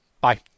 Bye